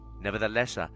Nevertheless